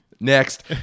Next